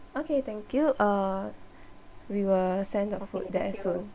okay thank you uh we will send the food there soon